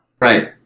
Right